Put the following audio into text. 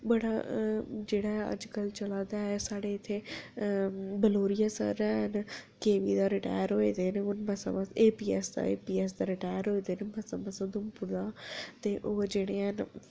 बड़ा जेह्ड़ा अजकल चलै दा ऐ साढ़ै इत्थै बलोरिये सर हैन केवी दा रटैर होए दे न एपीएस दा रटैर होए दे न मसां मसां अधमपुर दा ते ओह् जेह्ड़े हैन